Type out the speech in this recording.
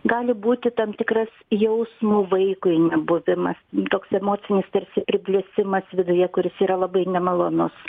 gali būti tam tikras jausmų vaikui buvimas toks emocinis tarsi priblėsimas viduje kuris yra labai nemalonus